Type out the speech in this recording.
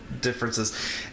differences